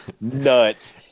nuts